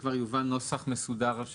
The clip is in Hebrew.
שיובא נוסח מסודר לסעיף.